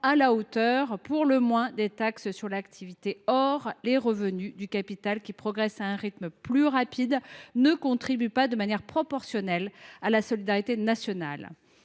à la hauteur de la taxation du travail. Or les revenus du capital, qui progressent à un rythme plus rapide, ne contribuent pas de manière proportionnelle à la solidarité nationale.